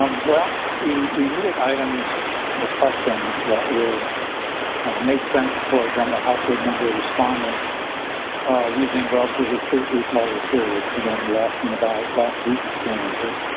ah well, we we needed items or questions that would make sense for a general household member respondent using relatively short recall ah periods again we were asking about last week experiences